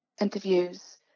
interviews